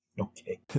Okay